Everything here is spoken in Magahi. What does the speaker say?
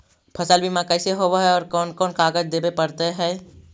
फसल बिमा कैसे होब है और कोन कोन कागज देबे पड़तै है?